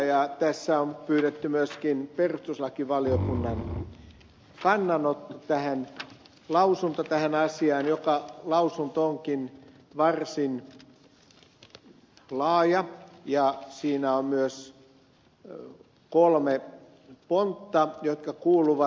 tähän asiaan on pyydetty myöskin perustuslakivaliokunnan lausunto joka onkin varsin laaja ja siinä on myös kolme pontta jotka kuuluvat